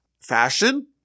fashion